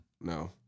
No